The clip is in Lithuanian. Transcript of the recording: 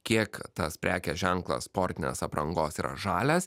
kiek tas prekės ženklas sportinės aprangos yra žalias